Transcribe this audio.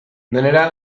denera